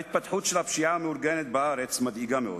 ההתפתחות של הפשיעה המאורגנת בארץ מדאיגה מאוד,